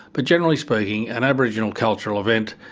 but generally speaking an aboriginal cultural event,